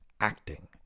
Acting